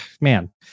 Man